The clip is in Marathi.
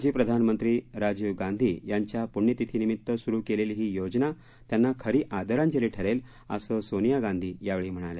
माजी प्रधानमंत्री राजीव गांधी यांच्या पुण्यतिथीनिमित्त सुरू केलेली ही योजना त्यांना खरी आदरांजली ठरेल असं सोनिया गांधी यावेळी म्हणाल्या